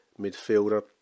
midfielder